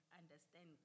understand